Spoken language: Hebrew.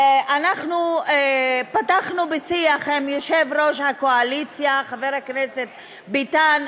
אנחנו פתחנו בשיח עם יושב-ראש הקואליציה חבר הכנסת ביטן.